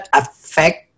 affect